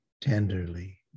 tenderly